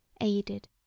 aided